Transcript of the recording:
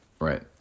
right